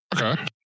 Okay